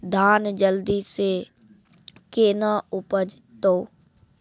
धान जल्दी से के ना उपज तो?